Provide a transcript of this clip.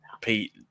Pete